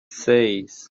seis